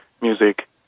music